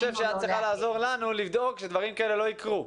שתעזרי לנו לדאוג שדברים כאלה לא יקרו.